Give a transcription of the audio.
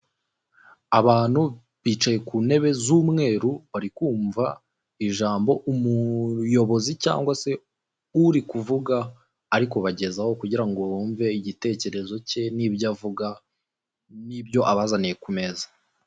Abantu bicaye ku ntebe z'umweru, bari kumva ijambo umuyobozi cyangwa se uri kuvuga ari kubagezaho, kugira ngo bumve igitekerezo cye n'ibyo avuga n'ibyo abazaniye ku meza.